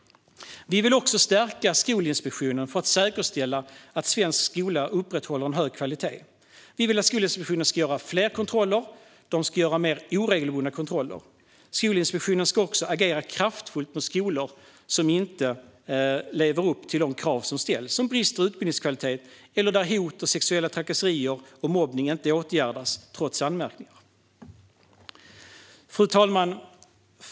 Vi vill också stärka Skolinspektionen för att säkerställa att svensk skola upprätthåller en hög kvalitet. Vi vill att Skolinspektionen ska göra fler kontroller och fler oregelbundna kontroller. Skolinspektionen ska också agera kraftfullt mot skolor som inte lever upp till de krav som ställs, som brister i utbildningskvalitet eller där hot, sexuella trakasserier och mobbning inte åtgärdas trots anmärkningar. Fru talman!